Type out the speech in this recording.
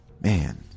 man